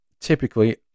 Typically